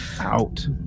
out